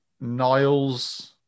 Niles